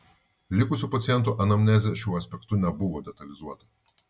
likusių pacientų anamnezė šiuo aspektu nebuvo detalizuota